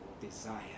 desire